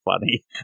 funny